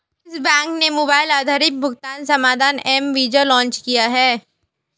किस बैंक ने मोबाइल आधारित भुगतान समाधान एम वीज़ा लॉन्च किया है?